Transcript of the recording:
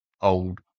old